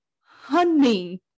honey